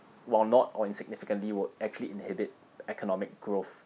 while not all insignificantly would actually inhibits economic growth